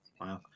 Wow